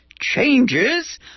changes